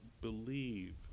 believe